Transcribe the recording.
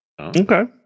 okay